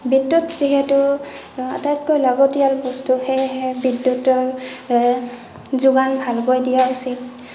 বিদ্যুত যিহেতু আটাইতকৈ লাগতীয়াল বস্তু সেয়েহে বিদ্যুতৰ যোগান ভালকৈ দিয়া উচিত